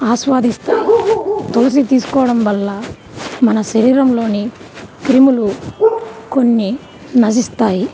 ఆస్వాదిస్తారు తులసి తీసుకోవడం వల్ల మన శరీరంలోని క్రిములు కొన్ని నశిస్తాయి